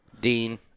Dean